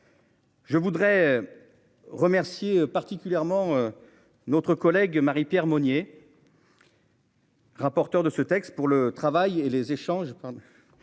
Je voudrais. Remercier particulièrement. Notre collègue Marie-Pierre Monnier.-- Rapporteur de ce texte pour le travail et les échanges